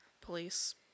police